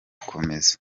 gukomeza